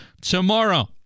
tomorrow